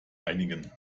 einigen